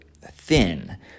thin